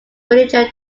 religion